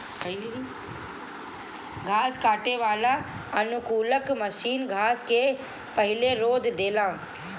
घास काटे वाला अनुकूलक मशीन घास के पहिले रौंद देला